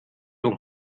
und